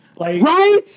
Right